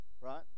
right